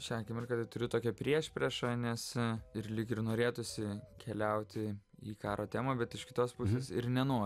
šią akimirką turiu tokią priešpriešą nes ir lyg ir norėtųsi keliauti į karo temą bet iš kitos pusės ir nenori